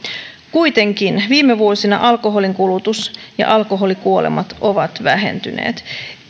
kuitenkin viime vuosina alkoholinkulutus ja alkoholikuolemat ovat vähentyneet